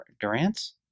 Durant's